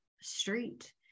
street